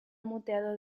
moteado